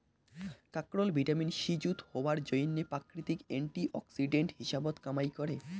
কাকরোল vitamin C যুত হবার জইন্যে প্রাকৃতিক অ্যান্টি অক্সিডেন্ট হিসাবত কামাই করে